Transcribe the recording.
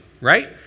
right